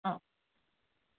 অঁ